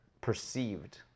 perceived